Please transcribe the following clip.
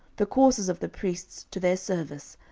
the courses of the priests to their service,